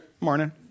morning